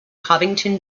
covington